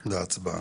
להצבעה.